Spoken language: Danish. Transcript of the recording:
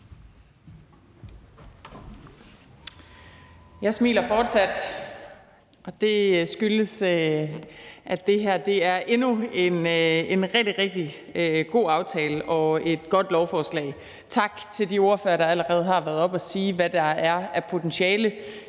Jeg smiler fortsat, og det skyldes, at det her er endnu en rigtig, rigtig god aftale og et godt lovforslag. Tak til de ordførere, der allerede har været oppe at sige, hvad der er af potentiale